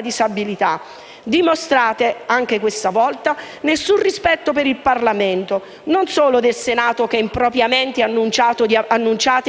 dimostrate di non avere alcun rispetto per il Parlamento, non solo del Senato, che impropriamente annunciate